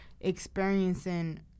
experiencing